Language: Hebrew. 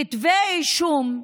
כתבי אישום,